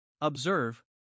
Observe